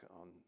on